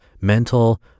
mental